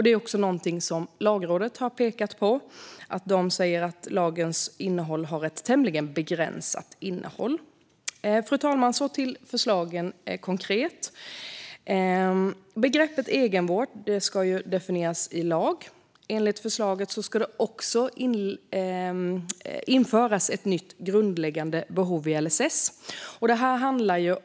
Det är också något som Lagrådet har pekat på. De säger att lagen har ett tämligen begränsat innehåll. Fru talman! Så till förslagen. Begreppet egenvård ska definieras i lag. Enligt förslaget ska det också införas ett nytt grundläggande behov i LSS.